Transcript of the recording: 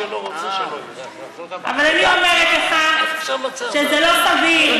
אבל אני אומרת לך שזה לא סביר.